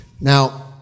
Now